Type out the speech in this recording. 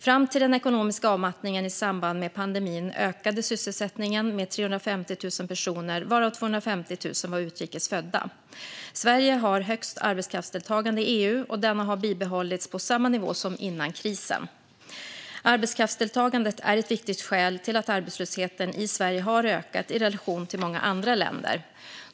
Fram till den ekonomiska avmattningen i samband med pandemin ökade sysselsättningen med 350 000 personer, varav 250 000 var utrikes födda. Sverige har högst arbetskraftsdeltagande i EU, och denna har bibehållits på samma nivå som innan krisen. Arbetskraftsdeltagandet är ett viktigt skäl till att arbetslösheten i Sverige har ökat i relation till många andra länder.